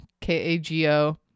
K-A-G-O